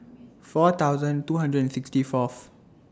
four thousand two hundred and sixty Fourth